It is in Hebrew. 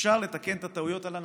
אפשר לתקן את הטעויות על הנתיב,